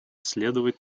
следовать